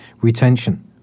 retention